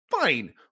fine